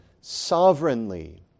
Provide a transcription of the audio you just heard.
sovereignly